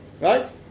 right